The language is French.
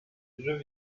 dans